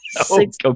Six